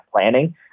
planning